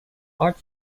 art